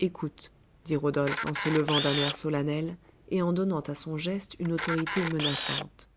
écoute dit rodolphe en se levant d'un air solennel et en donnant à son geste une autorité menaçante